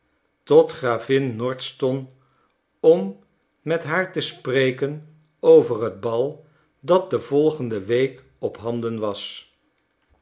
tot gravin nordston om met haar te spreken over het bal dat de volgende week ophanden was